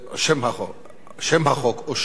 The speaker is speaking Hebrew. שם החוק אושר כהצעת הוועדה